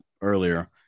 earlier